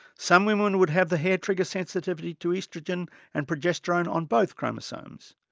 some women would have the hair trigger sensitivity to oestrogen and progesterone on both chromosomes,